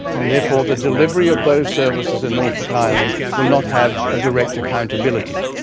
and therefore the delivery of those services in norfolk island will not have a direct accountability.